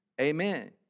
Amen